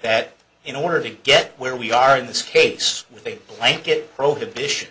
that in order to get where we are in this case with a blanket prohibition